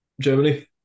Germany